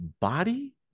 body